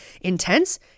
intense